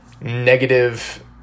negative